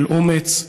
של אומץ,